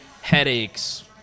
headaches